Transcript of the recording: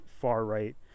far-right